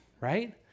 right